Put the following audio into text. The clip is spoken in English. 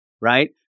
right